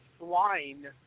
line